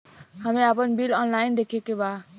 हमे आपन bill online देखे के बा?